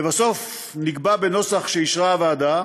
לבסוף נקבע בנוסח שאישרה הוועדה